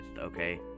okay